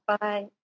Bye